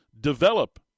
develop